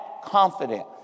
Confident